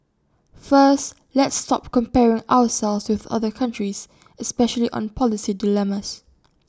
first let's stop comparing ourselves with other countries especially on policy dilemmas